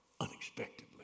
unexpectedly